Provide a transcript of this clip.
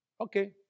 Okay